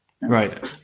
Right